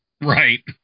right